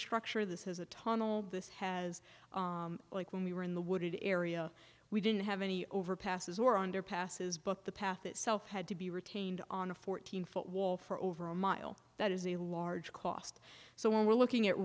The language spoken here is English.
structure this is a tunnel this has like when we were in the wooded area we didn't have any overpasses or underpasses but the path itself had to be retained on a fourteen foot wall for over a mile that is a large cost so when we're looking at